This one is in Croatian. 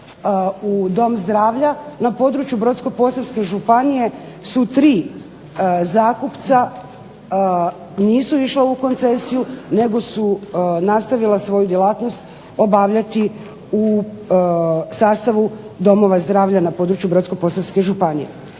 u Dom zdravlja na području Brodsko-posavske županije su tri zakupca, nisu išla u koncesiju nego su nastavila svoju djelatnost obavljati u sastavu domova zdravlja na području Brodsko-posavske županije.